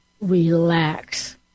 relax